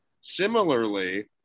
Similarly